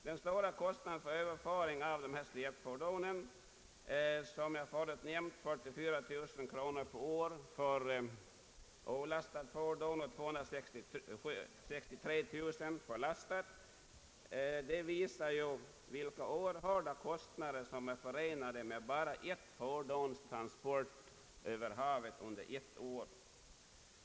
Den stora kostnad för överföring av dessa släpfordon mellan Gotland och fastlandet som jag förut nämnt — 44 000 kronor per år för olastat släpfordon och 263 000 kronor per år för lastat — visar ju hur oerhört dyr bara ett fordons transport är över havet under ett år.